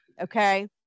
Okay